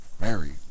Mary